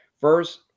first